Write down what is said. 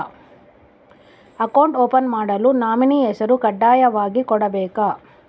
Account open ಮಾಡಲು nominee ಹೆಸರು ಕಡ್ಡಾಯವಾಗಿ ಕೊಡಬೇಕಾ?